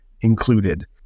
included